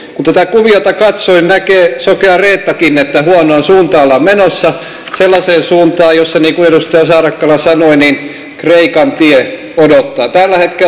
kun tätä kuviota katsoo näkee sokea reettakin että huonoon suuntaan ollaan menossa sellaiseen suuntaan jossa niin kuin edustaja saarakkala sanoi kreikan tie odottaa